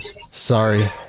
Sorry